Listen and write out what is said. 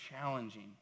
challenging